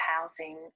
housing